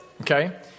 Okay